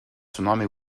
tsunami